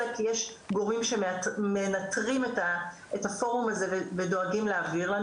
אלא כי יש גורמים שמנטרים את הפורום הזה ודואגים להעביר לנו